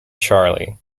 charley